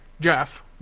Jeff